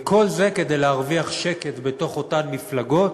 וכל זה כדי להרוויח שקט בתוך אותן מפלגות